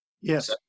Yes